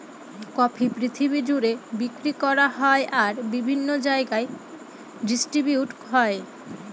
coffee পৃথিবী জুড়ে বিক্রি করা হয় আর বিভিন্ন জায়গায় ডিস্ট্রিবিউট হয়